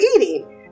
eating